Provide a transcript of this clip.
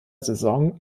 saison